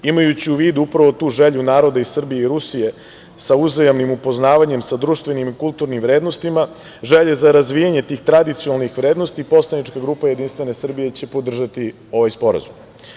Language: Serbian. Imajući u vidu upravo tu želju naroda Srbije i Rusije sa uzajamnim upoznavanjem sa društvenim i kulturnim vrednostima, želje za razvijanje tih tradicionalnih vrednosti, poslanička grupa JS će podržati ovaj Sporazum.